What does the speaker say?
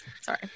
sorry